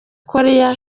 koreya